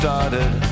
Started